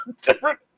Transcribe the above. different